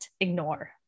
ignore